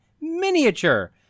miniature